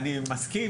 אני מסכים,